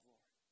Lord